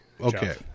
Okay